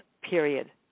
period